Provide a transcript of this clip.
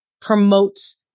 promotes